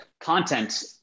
content